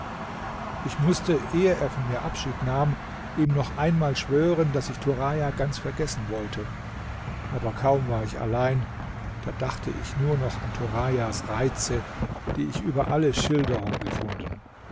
ich mußte ehe er von mir abschied nahm ihm noch einmal schwören daß ich turaja ganz vergessen wollte aber kaum war ich allein da dachte ich nur noch an turajas reize die ich über alle schilderung gefunden